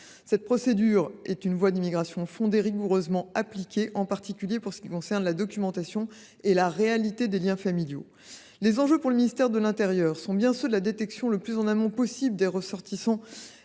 Cette procédure est une voie d’immigration fondée, rigoureusement appliquée, en particulier pour ce qui concerne la documentation et la réalité des liens familiaux. Le ministère de l’intérieur et des outre mer cherche bien à détecter, le plus en amont possible, les ressortissants